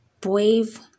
brave